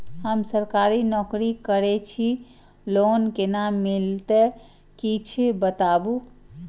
हम सरकारी नौकरी करै छी लोन केना मिलते कीछ बताबु?